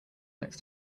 next